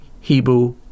Hebrew